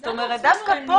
זאת אומרת, דווקא פה